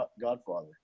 Godfather